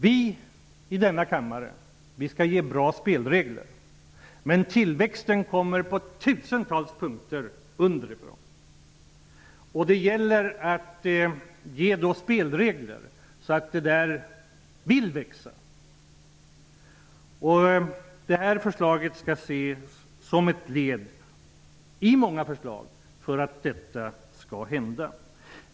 Vi i denna kammare skall skapa bra spelregler, men tillväxten kommer underifrån på tusentals olika sätt. Det gäller att skapa spelregler så att det blir en tillväxt. Detta förslag skall ses som ett av många förslag för att åstadkomma tillväxt.